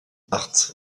bart